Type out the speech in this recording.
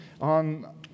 on